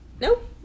Nope